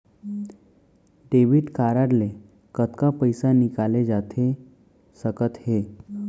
Debit card ले कतका पइसा निकाले जाथे सकत हे?